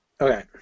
Okay